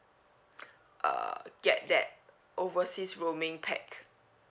uh get that overseas roaming pack